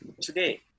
Today